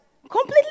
Completely